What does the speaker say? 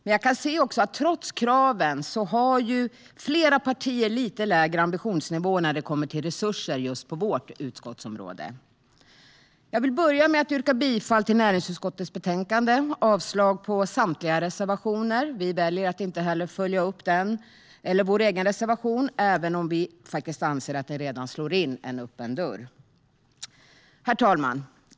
Trots kraven kan jag dock se att flera partier har lite lägre ambitionsnivåer när det gäller resurser på just vårt utskottsområde. Jag vill börja med att yrka bifall till näringsutskottets förslag i betänkandet och avslag på samtliga reservationer. Vi väljer att inte heller följa upp vår egen reservation, även om vi faktiskt anser att det slår in en redan öppen dörr. Herr talman!